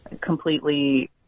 completely